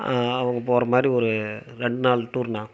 அவங்க போகிற மாதிரி ஒரு ரெண்டு நாள் டூருண்ணா